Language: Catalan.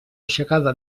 aixecada